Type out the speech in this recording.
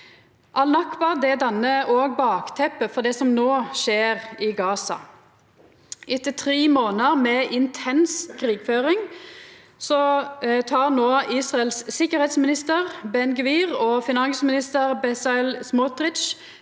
Al-nakba dannar òg bakteppet for det som no skjer i Gaza. Etter tre månadar med intens krigføring tek no Israels sikkerheitsminister Ben-Gvir og finansminister Bezalel Smotrich